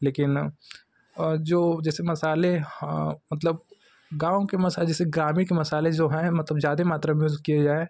लेकिन जो जैसे मसाले हाँ मतलब गाँव के मसाले जैसे ग्रामीण के मसाले जो हैं मतलब ज्यादे मात्रा में यूज़ किए जाए